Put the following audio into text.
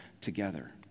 together